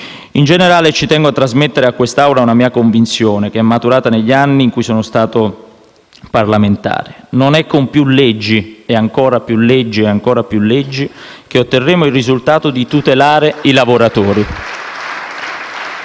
In generale, ci tengo a trasmettere a quest'Assemblea una mia convinzione, maturata negli anni in cui sono stato parlamentare. Non è con più leggi e ancora più leggi che otterremo il risultato di tutelare i lavoratori.